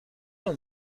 نوع